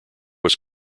was